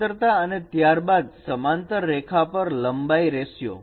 સમાંતરતાઅને ત્યારબાદ સમાંતર રેખા પર લંબાઈ રેસિયો